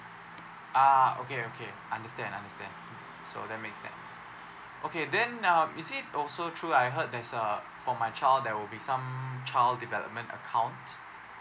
ah okay okay understand understand so that makes sense okay then um is it also through I heard there's a for my child there will be some child development account